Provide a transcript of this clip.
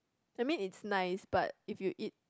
I mean it's nice but if you eat